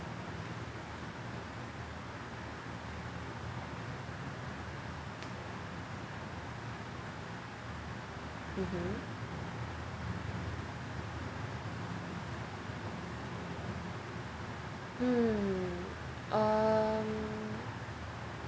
mmhmm mm um